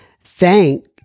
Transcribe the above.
Thank